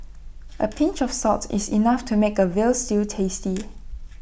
A pinch of salt is enough to make A Veal Stew tasty